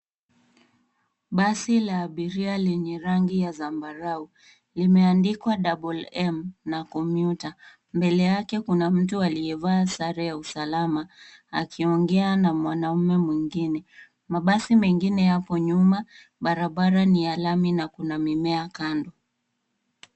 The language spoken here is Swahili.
Basi la abiria lenye rangi ya zambarau. Limeandikwa double M na commuter . Mbele yake kuna mtu aliyevaa sare ya usalama akiongea na mwanaume mwingine. Mabasi mengine yapo nyuma. Barabara ni ya lami na kuna mimea kando.